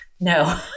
No